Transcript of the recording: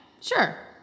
sure